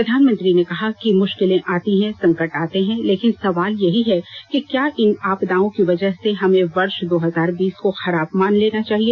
प्रधानमंत्री ने कहा कि मुष्किलें आती हैं संकट आते हैं लेकिन सवाल यही है कि क्या इन आपदाओं की वजह से हमें वर्ष दो हजार बीस को खराब मान लेना चाहिए